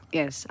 yes